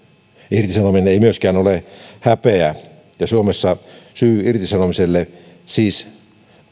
irtisanominen ei myöskään ole häpeä ja suomessa syy irtisanomiselle siis